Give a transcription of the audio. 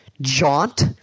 Jaunt